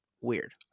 Weird